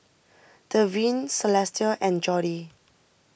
Devyn Celestia and Jordy